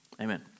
Amen